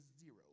zero